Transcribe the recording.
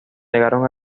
negaron